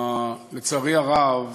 לצערי הרב